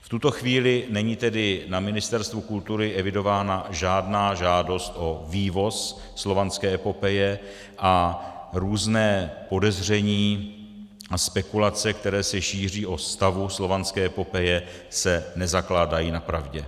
V tuto chvíli není tedy na Ministerstvu kultury evidována žádná žádost o vývoz Slovanské epopeje a různá podezření a spekulace, která se šíří o stavu Slovanské epopeje, se nezakládají na pravdě.